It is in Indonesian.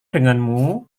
denganmu